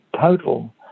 total